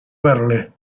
verle